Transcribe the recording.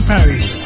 Paris